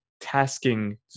tasking